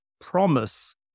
promise